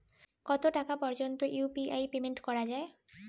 কত টাকা পর্যন্ত ইউ.পি.আই পেমেন্ট করা যায়?